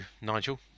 Nigel